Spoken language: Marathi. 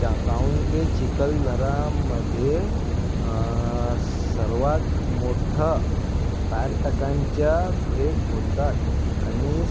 च्या काऊन की चिखलदरामध्ये सर्वात मोठं पर्यटकांच्या भेट होतात आणि स